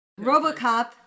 Robocop